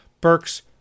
Burks